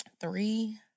Three